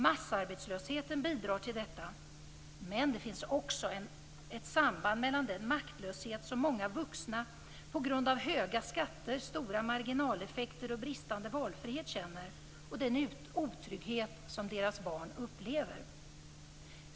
Massarbetslösheten bidrar till detta, men det finns också ett samband mellan den maktlöshet som många vuxna på grund av höga skatter, stora marginaleffekter och bristande valfrihet känner och den otrygghet som deras barn upplever."